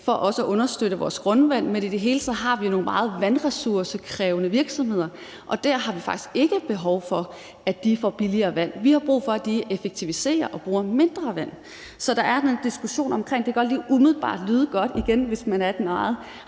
for også at understøtte vores grundvand, men i det hele taget har vi nogle meget vandressourcekrævende virksomheder, og der har vi faktisk ikke behov for, at de får billigere vand. Vi har brug for, at de effektiviserer og bruger mindre vand. Så der er den diskussion om, at det igen godt lige umiddelbart kan lyde godt, hvis man har et